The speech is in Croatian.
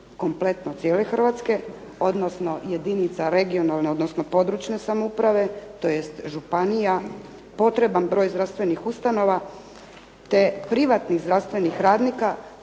kompletno cijele Hrvatske odnosno jedinica regionalne odnosno područne samouprave tj. županija, potreban broj zdravstvenih ustanova te privatnih zdravstvenih radnika